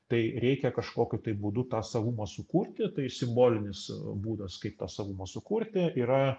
tai reikia kažkokiu būdu tą savumą sukurti tai simbolinis būdas kaip tą savumą sukurti yra